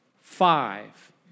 Five